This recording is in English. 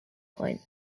point